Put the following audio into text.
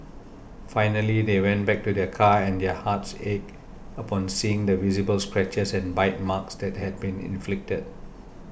finally they went back to their car and their hearts ached upon seeing the visible scratches and bite marks that had been inflicted